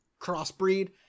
crossbreed